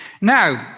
Now